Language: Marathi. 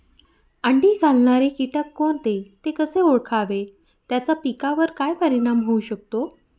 अंडी घालणारे किटक कोणते, ते कसे ओळखावे त्याचा पिकावर काय परिणाम होऊ शकतो?